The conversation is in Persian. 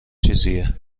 چیزیه